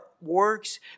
works